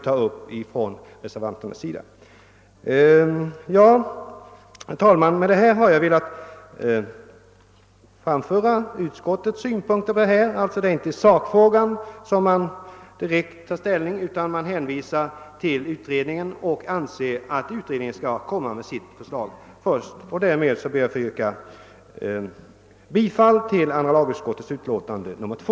Jag har med det anförda velat ge uttryck för utskottsmajoritetens synpunkter på förevarande ärende. Utskottsmajoriteten tar inte ställning i sakfrågan utan menar att utredningens förslag först bör avvaktas. Jag ber att få yrka bifall till andra lagutskottets hemställan i dess utlåtande nr 2.